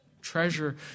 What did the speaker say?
Treasure